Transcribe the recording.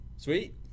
Sweet